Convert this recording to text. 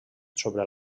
sobre